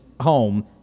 home